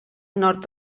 nord